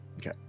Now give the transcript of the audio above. Okay